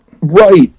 Right